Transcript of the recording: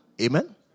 Amen